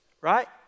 Right